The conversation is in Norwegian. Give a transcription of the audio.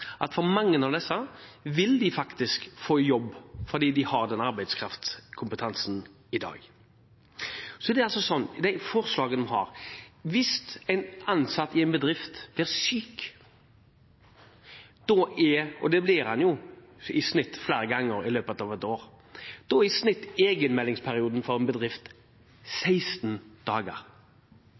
tro at mange av disse faktisk vil få jobb fordi de har den arbeidskraftkompetansen i dag. Så er det altså sånn at hvis en ansatt i en bedrift blir syk – og det blir han jo i snitt flere ganger i løpet av et år – er arbeidsgiverperioden for en bedrift 16 dager.